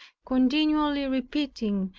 continually repeating,